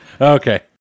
Okay